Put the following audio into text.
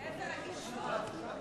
איזו רגישות.